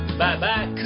Bye-bye